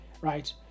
right